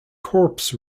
corps